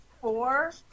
four